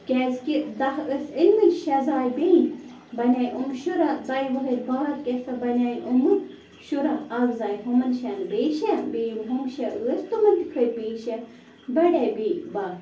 کیٛازکہِ دَہ ٲسۍ أنمٕتۍ شیٚے زاے بیٚیہِ بَنے یِم شُراہ باہہِ وُہٕرۍ بعد کیٛاہ سا بَنے یِمہٕ شُراہ اَکھ زاے ہُمَن شٮ۪ن بیٚیہِ شیٚے بیٚیہِ یہِ ہُم شیٚے ٲسۍ تِمَن تہٕ کھٔتۍ بیٚیہِ شیٚے بَڑے بیٚیہِ باہہ